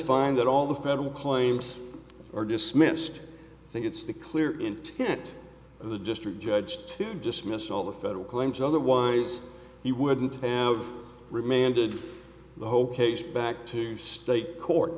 find that all the federal claims are dismissed think it's the clear intent of the district judge to dismiss all the federal claims otherwise he wouldn't have remanded the hope case back to the state court